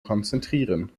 konzentrieren